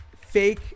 fake